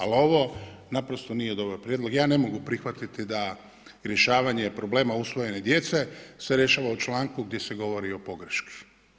Ali ovo naprosto nije dobar prijedlog, ja ne mogu prihvatiti da rješavanje problema usvojene djece se rješava u članku gdje se govori o pogreški.